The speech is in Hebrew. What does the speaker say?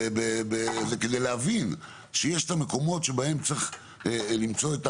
כדי להבין שיש את המקומות שבהם צריך למצוא,